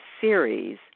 series